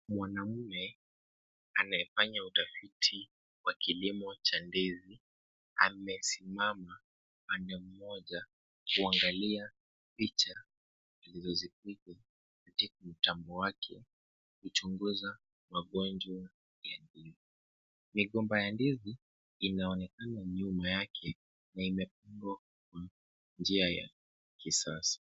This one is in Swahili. Mwanaume anayefanya utafiti wa kilimo cha ndizi amesimama pande moja kuangalia picha alizozipiga katika mtambo wake kuchunguza magonjwa ya ndizi. Migomba ya ndizi inaonekana nyuma yake na imepungua kwa njia ya kisasa.